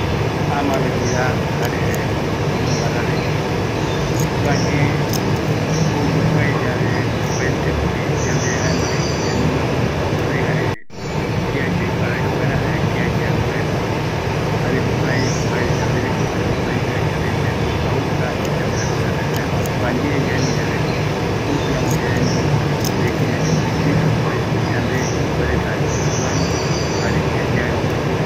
Kia ikavi yaiu reve kavi yayemongueta kiare ñamae ye ko jokua ko jae yemongueta ikavi güe yayapo esa jayae ko ikavita yaiko esa mbaeti ko iva kiandie yandearaji, ikaviñoiko yaesa jare yaiureve kavi